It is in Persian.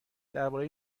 درباره